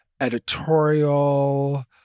editorial